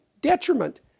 detriment